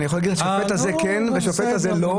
אני יכול להגיד לך שהשופט הזה כן או השופט הזה לא,